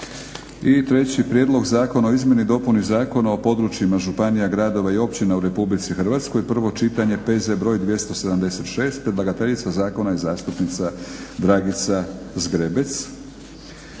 - Prijedlog Zakona o izmjeni i dopuni Zakona o područjima županija, gradova i općina u Republici Hrvatskoj, prvo čitanje, P.Z. br. 276 Predlagateljica zakona je zastupnica Dragica Zgrebec.